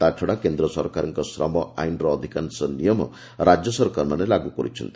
ତା'ଛଡା କେନ୍ଦ୍ର ସରକାରଙ୍କର ଶ୍ରମ ଆଇନ୍ର ଅଧିକାଂଶ ନିୟମ ରାଜ୍ୟ ସରକାରମାନେ ଲାଗ୍ର କରିଛନ୍ତି